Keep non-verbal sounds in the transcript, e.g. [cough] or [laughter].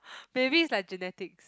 [breath] maybe it's like genetics